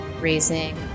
raising